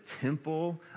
temple